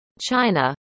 China